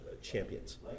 champions